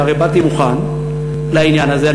הרי באתי מוכן לעניין הזה,